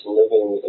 living